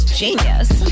genius